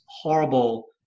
horrible